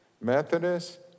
Methodist